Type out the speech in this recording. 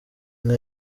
inka